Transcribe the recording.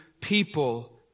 people